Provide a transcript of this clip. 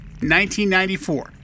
1994